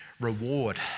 Reward